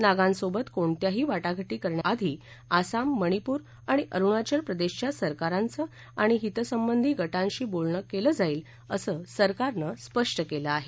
नागासोबत कोणत्याही वाटाधाटी करण्याआधी आसाम मणिपूर आणि अरुणाचल प्रदेशच्या सरकाराद्विआणि हितसद्वित गटाधी बोलणक्रिलज्ञिईल अससिरकारनं स्पष्ट केल आहे